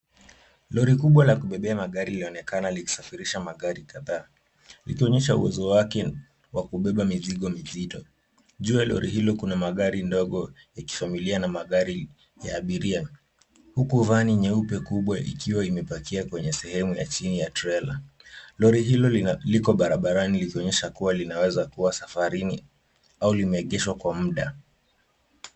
Lori kubwa la kubebea magari laonekana likisafirisha magari kadhaa, likionyesha uwezo wake wa kubeba mizigo mizito. Juu ya lori hilo kuna magari ndogo ya kifamilia na magari ya abiria, huku vani nyeupe kubwa ikiwa imepakia kwenye sehemu ya chini ya trela. Lori hilo liko barabarani likionyesha kuwa linaweza kuwa safarini au limeegeshwa kwa muda.